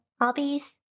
hobbies